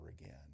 again